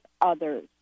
others